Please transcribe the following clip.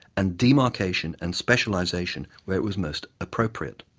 and demarcation and specialization where it was most appropriate.